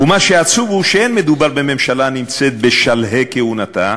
ומה שעצוב הוא, שאין מדובר בממשלה בשלהי כהונתה,